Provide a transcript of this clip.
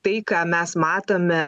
tai ką mes matome